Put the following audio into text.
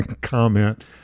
comment